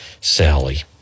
Sally